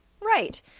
Right